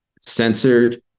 censored